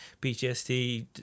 PTSD